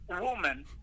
woman